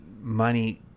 money